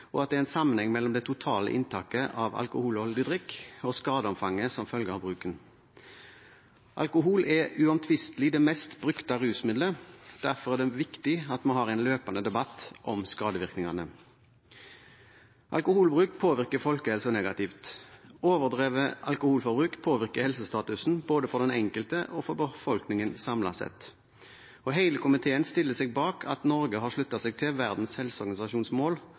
og at det er en sammenheng mellom det totale inntaket av alkoholholdig drikk og skadeomfanget som følge av bruken. Alkohol er uomtvistelig det mest brukte rusmiddelet. Derfor er det viktig at vi har en løpende debatt om skadevirkningene. Alkoholbruk påvirker folkehelsen negativt. Overdrevet alkoholforbruk påvirker helsestatusen både for den enkelte og for befolkningen samlet sett. Hele komiteen stiller seg bak at Norge har sluttet seg til Verdens